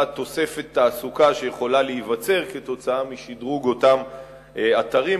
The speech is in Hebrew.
תוספת תעסוקה שיכולה להיווצר כתוצאה משדרוג אותם אתרים.